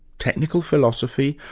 technical philosophy,